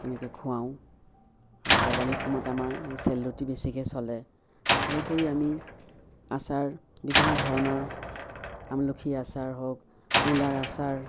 তেনেকৈ খুৱাওঁ আৰু দেৱালীৰ সময়ত আমাৰ সেই চেল ৰুটি বেছিকৈ চলে তাৰ উপৰি আমি আচাৰ বিভিন্ন ধৰণৰ আমলখি আচাৰ হওক মূলাৰ আচাৰ